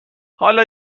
حالا